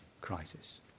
crisis